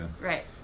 right